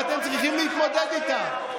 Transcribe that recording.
ואתם צריכים להתמודד איתה.